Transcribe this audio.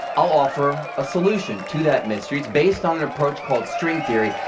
i'll offer a solution to that mystery. it's based on an approach called string theory,